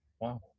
Wow